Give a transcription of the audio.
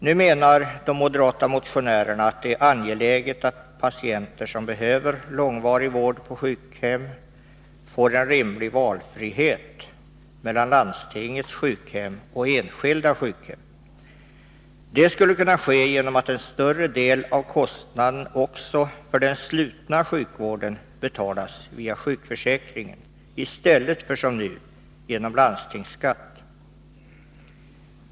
Nu menar de moderata motionärerna att det är angeläget att patienter som behöver långvarig vård på sjukhus får välja mellan att vistas på landstingets sjukhem och enskilda sjukhem. Det skulle kunna ske genom att en större del av kostnaden också för den slutna sjukvården betalades via sjukförsäkringen i stället för som nu via landstingsskatten.